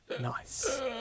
Nice